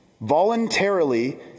voluntarily